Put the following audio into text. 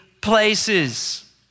places